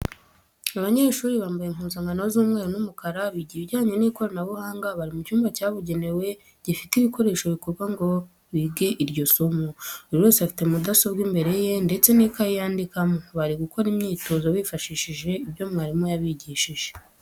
Abanyeshuri bambaye impuzankano z'umweru n'umukara biga ibijyanye n'ikoranabuhanga, bari mu cyumba cyabugenewe gifite ibikoresho bikorwa ngo bige iryo somo, buri wese afite mudasobwa imbere ye ndetse n'ikayi yandikamo, bari gukora imyitozo bifashishije ibyo umwarimu yabigishije.